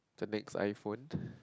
the next iPhone